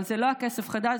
אבל זה לא היה הכסף חדש.